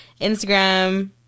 Instagram